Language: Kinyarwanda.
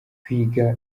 kwiga